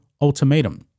ultimatum